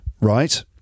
right